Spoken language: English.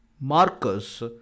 Marcus